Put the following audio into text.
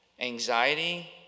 Anxiety